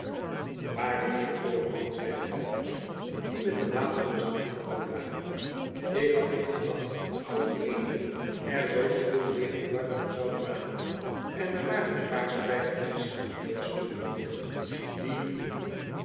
waarlijk heer olderman zeide feiko die met de wapenrusting aan kwam dragen ik had niet gedacht dat ued er zoo spoedig weer gebruik van zoudt maken en er waren een paar spijkertjes aan de beenstukken noodig die